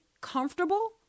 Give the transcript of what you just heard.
comfortable